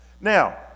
Now